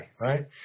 right